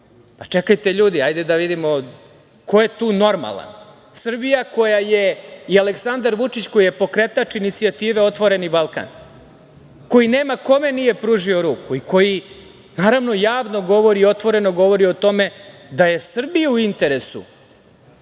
regionu. Čekajte ljudi, hajde da vidimo ko je tu normalan? Srbija i Aleksandar Vučić koji je pokretač inicijative - otvoreni Balkan, koji nema kome nije pružio ruku i koji naravno javno govori, otvoreno govori o tome da je Srbiji u interesu